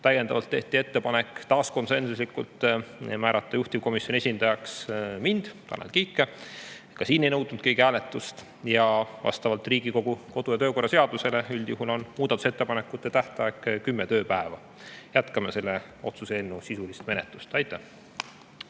Täiendavalt tehti ettepanek, taas konsensuslikult, määrata juhtivkomisjoni esindajaks Tanel Kiik. Ka siin ei nõudnud keegi hääletust. Ja vastavalt Riigikogu kodu‑ ja töökorra seadusele on muudatusettepanekute tähtaeg kümme tööpäeva. Jätkame selle otsuse eelnõu sisulist menetlust. Aitäh!